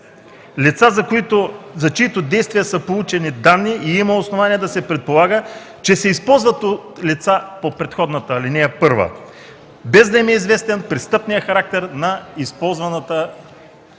Лица, за чиито действия са получени данни и има основание да се предполага, че се използват лица по предходната алинея 1, без да им е известен престъпният характер на извършваната